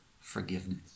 forgiveness